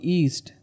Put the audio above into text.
east